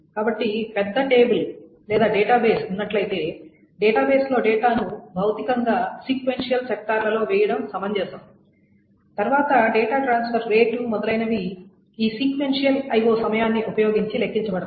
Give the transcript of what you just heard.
కాబట్టి పెద్ద పెద్ద టేబుల్ లేదా డేటాబేస్ ఉన్నట్లయితే డేటాబేస్లో డేటాను భౌతికంగా సీక్వెన్షియల్ సెక్టార్లలో వేయడం సమంజసం తద్వారా డేటా ట్రాన్స్ఫర్ రేటు మొదలైనవి ఈ సీక్వెన్షియల్ IO సమయాన్ని ఉపయోగించి లెక్కించబడతాయి